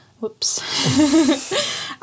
Whoops